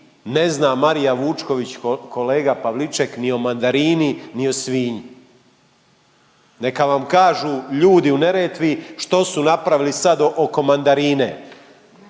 Ne zna Marija Vučković kolega Pavliček ni o mandarini ni o svinji. Neka vam kažu ljudi u Neretvi što su napravili sad oko mandarine.